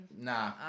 Nah